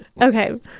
Okay